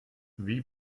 wie